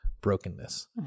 brokenness